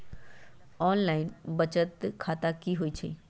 Online बचत खाता की होई छई?